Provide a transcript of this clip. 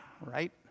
Right